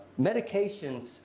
Medications